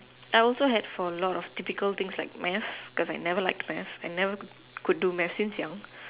I also had for a lot of typical things like math cause I never liked math I never could do math since young